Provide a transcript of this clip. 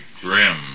grim